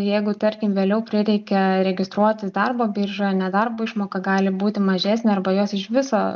jeigu tarkim vėliau prireikia registruotis darbo biržoj nedarbo išmoka gali būti mažesnė arba jos iš viso